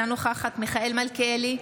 אינה נוכחת מיכאל מלכיאלי,